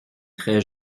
très